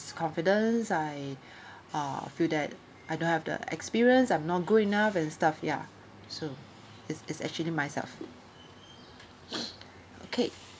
confidence I uh feel that I don't have the experience I'm not good enough and stuff ya so is is actually myself okay